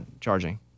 Charging